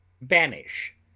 Banish